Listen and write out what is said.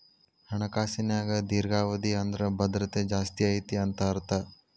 ಹಣಕಾಸಿನ್ಯಾಗ ದೇರ್ಘಾವಧಿ ಅಂದ್ರ ಭದ್ರತೆ ಜಾಸ್ತಿ ಐತಿ ಅಂತ ಅರ್ಥ